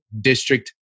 district